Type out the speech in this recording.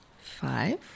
Five